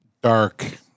dark